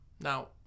Now